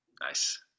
Nice